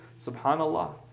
subhanAllah